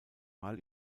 mal